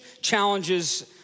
challenges